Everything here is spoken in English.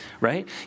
right